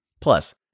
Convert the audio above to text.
Plus